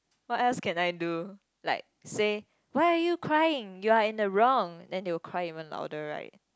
what else can I do like say why are you crying you're in the wrong then they will cry even louder right